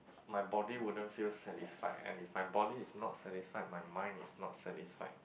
my body wouldn't feel satisfied and if my body is not satisfied my mind is not satisfied